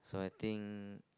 so I think